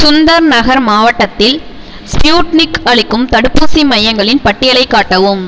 சுந்தர் நகர் மாவட்டத்தில் ஸ்புட்னிக் அளிக்கும் தடுப்பூசி மையங்களின் பட்டியலைக் காட்டவும்